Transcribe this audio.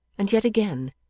and yet again,